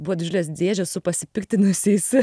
buvo didžiulės dėžės su pasipiktinusiais